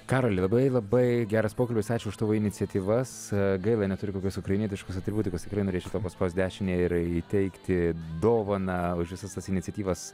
karoli labai labai geras pokalbis ačiū už tavo iniciatyvas gaila neturiu tokios ukrainietiškos atributikos tikrai norėč paspaust dešinę ir įteikti dovaną už visas tas iniciatyvas